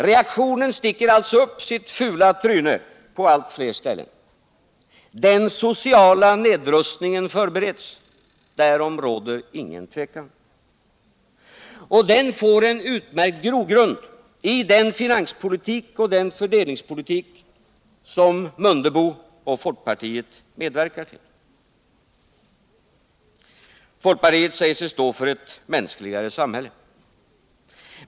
Reaktionen sticker alltså upp sitt fula tryne på allt fler ställen. Den sociala nedrustningen förbereds; därom råder inget tvivel. Och den får en utmärkt grogrund i den finanspolitik och den fördelningspolitik som herrMundebo och folkpartiet medverkar till. Folkpartiet säger sig stå för ett mänskligare samhälle.